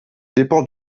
dépend